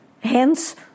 hence